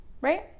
Right